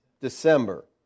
December